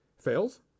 fails